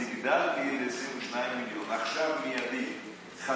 אז הגדלתי ל-22 מיליון שקלים,